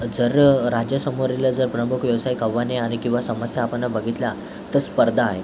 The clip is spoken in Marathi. जर राज्यासमोरील जर प्रमुख व्यावसायिक आव्हाने आणि किंवा समस्या आपण बघितल्या तर स्पर्धा आहे